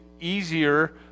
easier